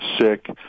sick